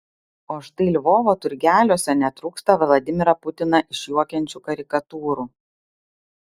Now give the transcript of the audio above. o štai lvovo turgeliuose netrūksta vladimirą putiną išjuokiančių karikatūrų